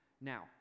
Now